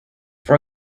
for